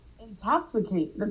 intoxicate